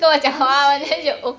oh shit